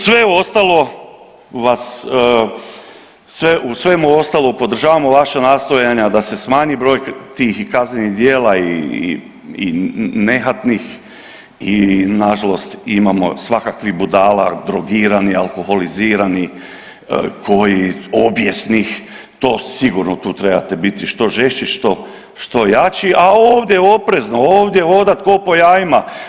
Sve ostalo vas, sve, u svemu ostalom podržavamo vaša nastojanja da se smanji broj tih i kaznenih djela i nehatnih i nažalost imamo svakakvih budala, drogirani, alkoholizirani, koji, obijesnih, to sigurno tu trebate biti što žešći, što jači, a ovdje oprezno, ovdje hodati k'o po jajima.